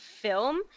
film